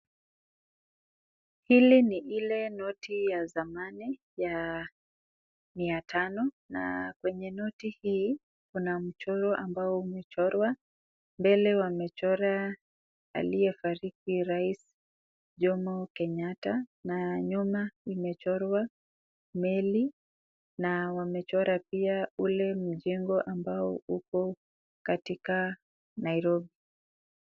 Hili ni ile noti ya zamani ya mia tano na kwenye noti hii, kuna mchoro ambao umechorwa. Mbele wamechorwa aliyekuwa rais, Jomo Kenyatta na nyuma imechorwa meli na wamechora pia ule mjengo ambao upo katika Nairobi.